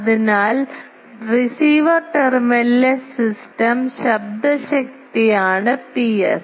അതിനാൽ റിസീവർ ടെർമിനലിലെ സിസ്റ്റം ശബ്ദ ശക്തിയാണ് Ps